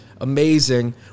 amazing